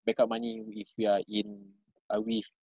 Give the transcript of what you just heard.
backup money if we are in uh we if